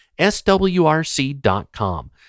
swrc.com